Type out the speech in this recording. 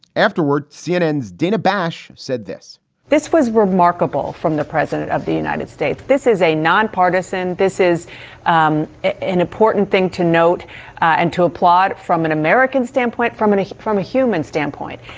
afterwards, cnn's dana bash said this this was remarkable from the president of the united states. this is a nonpartisan. this is um an important thing to note until a plot from an american standpoint, from an issue, from a human standpoint,